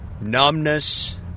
numbness